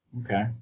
Okay